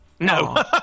no